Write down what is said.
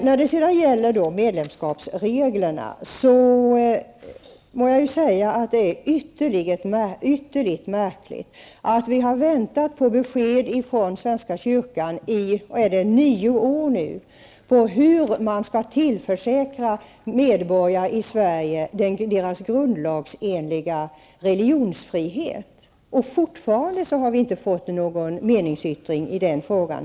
När det gäller medlemskapsreglerna vill jag säga att jag tycker att det är ytterst märkligt att vi i, tror jag, nio år har fått vänta på besked från svenska kyrkan om hur medborgare i Sverige skall tillförsäkras sin grundlagsenliga religionsfrihet. Fortfarande saknas en meningsyttring i den frågan.